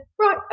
right